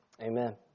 Amen